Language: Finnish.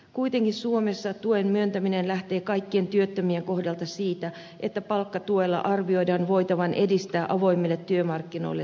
kuitenkin suomessa tuen myöntäminen lähtee kaikkien työttömien kohdalla siitä että palkkatuella arvioidaan voitavan edistää avoimille työmarkkinoille sitoutumista